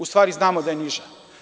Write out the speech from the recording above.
U stvari, znamo da ne niža.